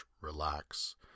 relax